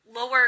lower